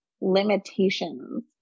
limitations